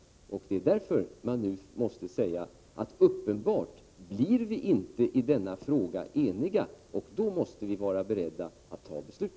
Det är därför som vi nu måste säga att vi uppenbarligen inte blir eniga i denna fråga, och då måste vi vara beredda att fatta beslut.